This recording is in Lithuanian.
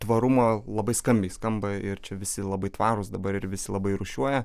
tvarumo labai skambiai skamba ir čia visi labai tvarūs dabar ir visi labai rūšiuoja